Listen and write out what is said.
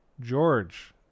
George